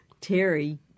Terry